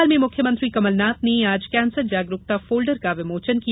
भोपाल में मुख्यमंत्री कमलनाथ ने आज कैंसर जागरूकता फोल्डर का विमोचन किया